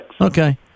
Okay